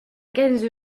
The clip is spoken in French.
quinze